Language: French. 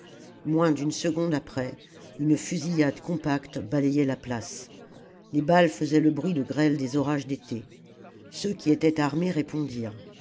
moins d'une seconde après une fusillade compacte balayait la place les balles faisaient le bruit de grêle des orages d'été ceux qui étaient armés répondirent